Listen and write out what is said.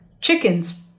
chickens